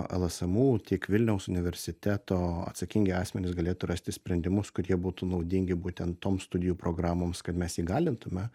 lsmu tiek vilniaus universiteto atsakingi asmenys galėtų rasti sprendimus kad jie būtų naudingi būtent toms studijų programoms kad mes įgalintume